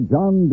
John